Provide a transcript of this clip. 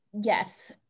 yes